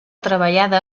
treballada